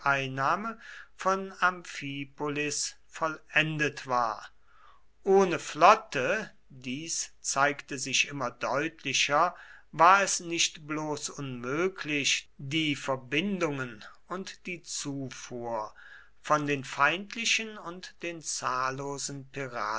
einnahme von amphipolis vollendet war ohne flotte dies zeigte sich immer deutlicher war es nicht bloß unmöglich die verbindungen und die zufuhr von den feindlichen und den zahllosen